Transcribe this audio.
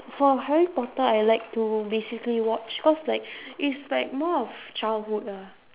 for harry-potter I like to basically watch cause like is like more of childhood lah